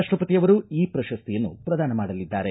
ರಾಷ್ಟಪತಿ ಅವರು ಈ ಪ್ರಶಸ್ತಿಗಳನ್ನು ಪ್ರದಾನ ಮಾಡಲಿದ್ದಾರೆ